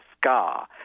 scar